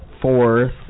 fourth